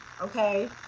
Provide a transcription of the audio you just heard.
Okay